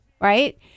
right